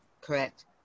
correct